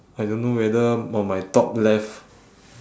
I don't know whether on my top left